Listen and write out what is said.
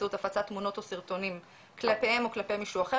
באמצעות הפצת תמונות או סרטונים כלפיהם או כלפי מישהו אחר,